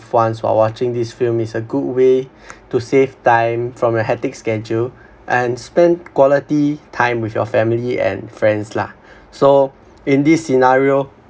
ones while watching this film is a good way to save time from your hectic schedule and spend quality time with your family and friends lah so in this scenario